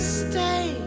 stay